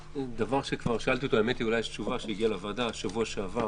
דבר ששאלתי אותו אולי הגיעה תשובה לוועדה שבוע שעבר